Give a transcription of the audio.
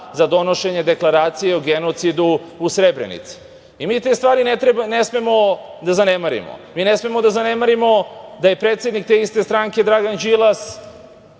donošenje Deklaracije o genocidu u Srebrenici. Mi te stvari ne smemo da zanemarimo. Mi ne smemo da zanemarimo da je predsednik te iste stranke Dragan Đilas